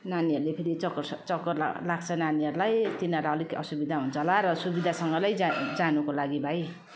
नानीहरूले फेरि चक्कर स चक्कर ला लाग्छ नानीहरूलाई तिनीहरूलाई असुविधा हुन्छ होला र सुविधासँगले जा जानुको लागि भाइ